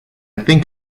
think